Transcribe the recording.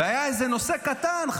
והיה איזה נושא קטן,